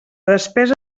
despesa